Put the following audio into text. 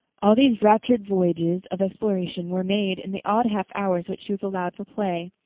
all these raptured voyages of exploration were made in the odd half hours which she was allowed for play,